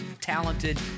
talented